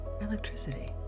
electricity